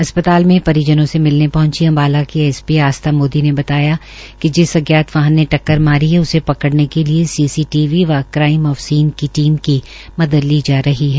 अस्पताल में परिजनों से मिलने पहुंची अम्बाला की एस पी आस्था मोदी ने बताया िक जिस अज्ञात वाहन ने टक्कर मारी है उसे पकड़ने के लिए सीसीटीवी व क्राईम आफ सीन की टीम की मदद ली जा रही है